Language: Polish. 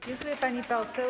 Dziękuję, pani poseł.